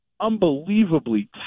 unbelievably